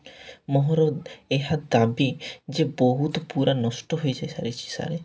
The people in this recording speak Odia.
ମୋହର ଏହା ଦାବି ଯେ ବହୁତ ପୁରା ନଷ୍ଟ ହୋଇଯାଇ ସାରିଛି ସାରେ